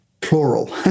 plural